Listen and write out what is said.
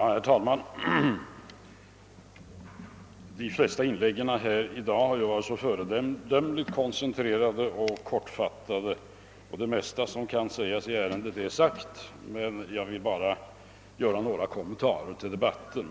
Herr talman! De flesta inläggen i dag har ju varit föredömligt korta och koncentrerade och det mesta som kan sägas i ärendet är redan sagt. Jag vill dock göra några kommentarer till debatten.